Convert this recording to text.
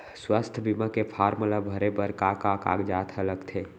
स्वास्थ्य बीमा के फॉर्म ल भरे बर का का कागजात ह लगथे?